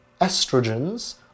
estrogens